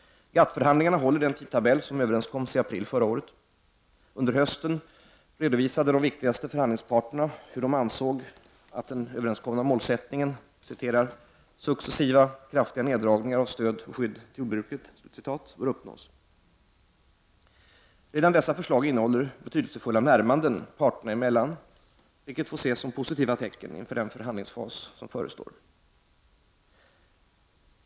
GATT-förhandlingarna håller den tidtabell som överenskomsii april förra året. Under hösten redovisade de viktigaste förhandlingsparterna hur de ansåg att den överenskomna målsättningen ”successiva kraftiga neddragningar av stöd och skydd till jordbruket” bör uppnås. Redan dessa förslag innehåller betydelsefulla närmanden parterna emellan, vilket får ses som positiva tecken inför den förhandlingsfas som förestår.